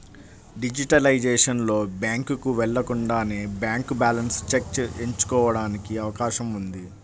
digitalisation లో, బ్యాంకుకు వెళ్లకుండానే బ్యాంక్ బ్యాలెన్స్ చెక్ ఎంచుకోవడానికి అవకాశం ఉంది